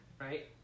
right